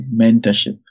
mentorship